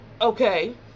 Okay